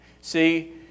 see